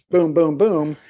boom-boom-boom,